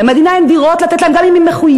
למדינה אין דירות לתת להם גם אם היא מחויבת.